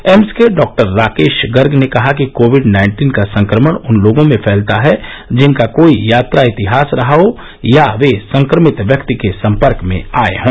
AIIMS के डॉ राकेश गर्ग ने कहा कि कोविड नाइन्टीन का संक्रमण उन लोगों में फैलता है जिनका कोई यात्रा इतिहास रहा हो या वे संक्रमित व्यक्ति के सम्पर्क में आये हों